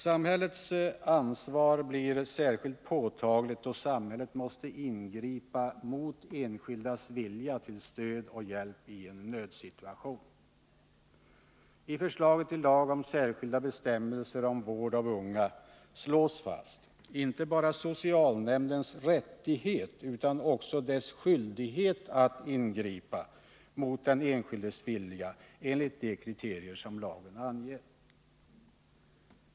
Samhällets ansvar blir särskilt påtagligt då samhället till stöd och hjälp i en nödsituation måste ingripa mot enskildas vilja. I förslaget till lag om särskilda bestämmelser om vård av unga slås fast inte bara socialnämndens rättighet utan också dess skyldighet att ingripa mot den enskildes vilja enligt de kriterier som lagen anger.